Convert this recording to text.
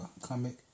Comic